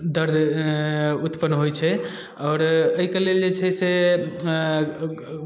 दर्द उत्पन्न होइ छै आओर एहिके लेल जे छै से ग ग